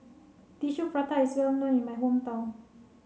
Tissue Prata is well known in my hometown